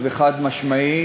תמשיכו להתלהב,